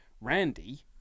randy